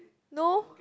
no